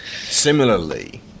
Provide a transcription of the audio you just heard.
similarly